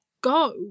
go